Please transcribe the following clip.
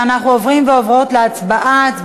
ואנחנו עוברים ועוברות להצבעה.